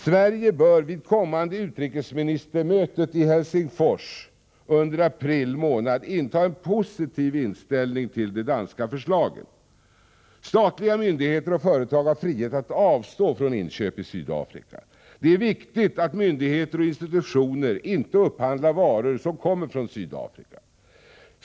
Sverige bör vid det kommande utrikesministermötet i Helsingfors under april månad inta en positiv hållning till de danska förslagen. Statliga myndigheter och företag har frihet att avstå från inköp i Sydafrika. Det är viktigt att myndigheter och institutioner inte upphandlar varor som kommer från Sydafrika.